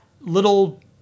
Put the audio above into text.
little